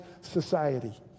society